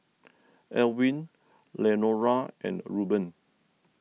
Elwin Lenora and Reuben